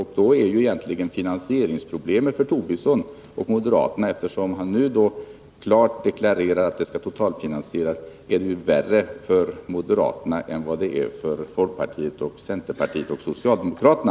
Det innebär att finansieringsproblemet för Lars Tobisson och moderaterna — eftersom han nu så klart deklarerar att det skall totalfinansieras — är ännu värre för moderaterna än vad det är för folkpartiet, centerpartiet och socialdemokraterna.